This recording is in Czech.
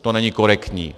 To není korektní.